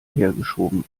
hergeschoben